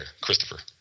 Christopher